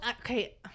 okay